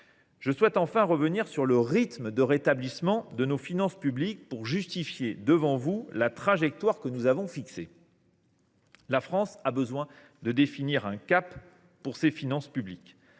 Je souhaite enfin revenir sur le rythme de rétablissement de nos finances publiques pour justifier devant vous la trajectoire que nous avons fixée. La France a besoin de définir un cap pour ses finances publiques.